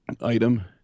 item